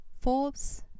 Forbes